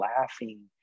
laughing